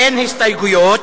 אין הסתייגויות,